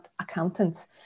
accountants